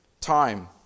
Time